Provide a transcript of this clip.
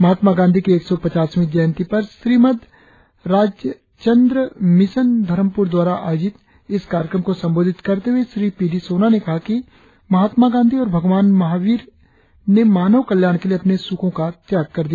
महात्मा गांधी के एक सौ पचासवीं जयंती पर श्रीमद राजचंद्र मिशन धरमपूर द्वारा आयोजित इस कार्यक्रम को संबोधित करते हुए श्री पी डी सोना ने कहा कि महत्मा गांधी और भगवान महाबीर ने मानव कल्याण के लिए अपने सुखों का त्याग कर दिया